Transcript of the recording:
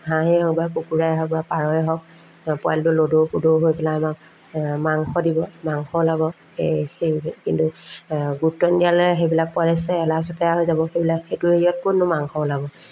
হাঁহেই হওক বা কুকুৰাই হওক বা পাৰয়ে হওক পোৱালিটো ল'দৌ প'দৌ হৈ পেলাই আমাক মাংস দিব মাংস ওলাব সেই সেই কিন্তু গুৰুত্ব নিদিলে সেইবিলাক পোৱালি চেৰেলা চোপোৰা হৈ যাব সেইবিলাক সেইটো হেৰিয়ত ক'তনো মাংস ওলাব